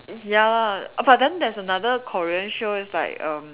ya but then there's another Korean show is like erm